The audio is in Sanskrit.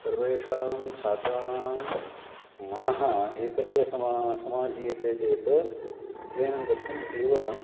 सर्वेषां छात्राणां मनः एकत्र समा समाधीयते चेत् अध्ययनं कर्तुम् अतीव